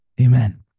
Amen